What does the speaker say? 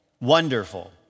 Wonderful